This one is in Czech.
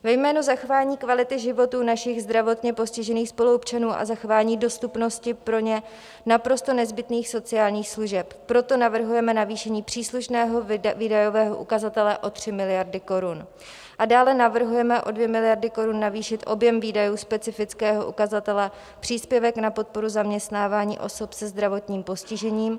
Ve jménu zachování kvality životů našich zdravotně postižených spoluobčanů a zachování dostupnosti pro ně naprosto nezbytných sociálních služeb proto navrhujeme navýšení příslušného výdajového ukazatele o 3 miliardy korun a dále navrhujeme o 2 miliardy korun navýšit objem výdajů specifického ukazatele Příspěvek na podporu zaměstnávání osob se zdravotním postižením.